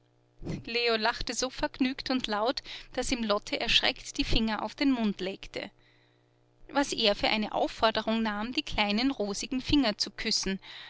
leo lachte so vergnügt und laut daß ihm lotte erschreckt die finger auf den mund legte was er für eine aufforderung nahm die kleinen rosigen finger zu küssen